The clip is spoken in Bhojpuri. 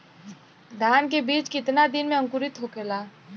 धान के बिज कितना दिन में अंकुरित होखेला?